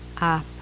up